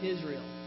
Israel